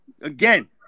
Again